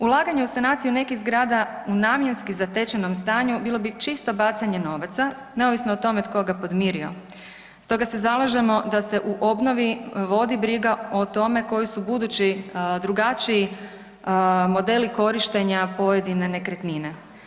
Ulaganje u sanaciju nekih zgrada u namjenski zatečenom stanju bilo bi čisto bacanje novaca neovisno o tome tko ga podmirio, stoga se zalažemo da se u obnovi vodi briga o tome koji su budući drugačiji modeli korištenja pojedine nekretnine.